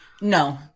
No